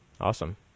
Awesome